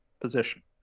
position